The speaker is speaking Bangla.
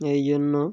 এই জন্য